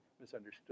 misunderstood